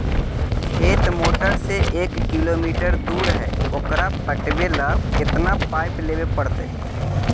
खेत मोटर से एक किलोमीटर दूर है ओकर पटाबे ल केतना पाइप लेबे पड़तै?